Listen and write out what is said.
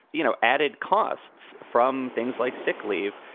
you know, added costs from things like sick leave.